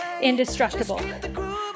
indestructible